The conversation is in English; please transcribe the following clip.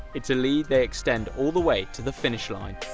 it's a lead they extend all the way to the finish line.